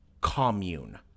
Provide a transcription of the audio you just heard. commune